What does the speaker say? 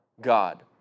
God